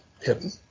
hidden